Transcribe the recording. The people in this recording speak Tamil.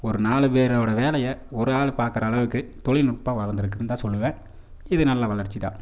ஒரு நாலு பேரோடய வேலையை ஒரு ஆள் பார்க்குற அளவுக்கு தொழில்நுட்பம் வளர்ந்துருக்குன்னு தான் சொல்லுவேன் இது நல்ல வளர்ச்சி தான்